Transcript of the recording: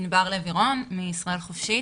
ענבר לוי רון מ"ישראל חופשית",